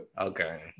Okay